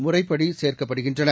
முறைப்படி சேர்க்கப்படுகின்றன